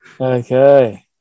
Okay